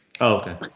okay